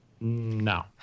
no